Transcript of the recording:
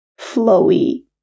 flowy